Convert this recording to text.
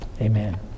Amen